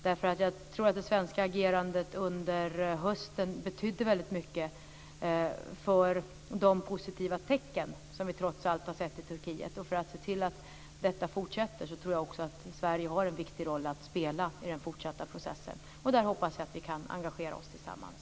Jag tror att det svenska agerandet under hösten betydde väldigt mycket för de positiva tecken som vi trots allt har sett i Turkiet, och för att se till att detta fortsätter tror jag också att Sverige har en viktig roll att spela i den fortsatta processen. Där hoppas jag att vi kan engagera oss tillsammans.